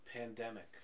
Pandemic